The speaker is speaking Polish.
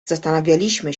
zastanawialiśmy